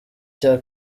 cya